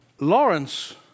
Lawrence